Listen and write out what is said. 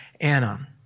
Anna